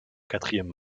quatrième